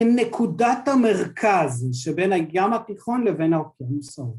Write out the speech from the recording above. ‫הם נקודת המרכז ‫שבין הים התיכון לבין האוכלוסואום.